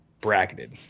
bracketed